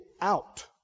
out